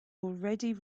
already